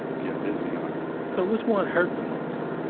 get busy on it so, which one hurt the most?